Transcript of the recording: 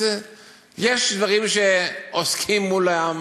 אז יש דברים שעוסקים מולם.